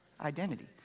Identity